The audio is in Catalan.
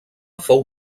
fou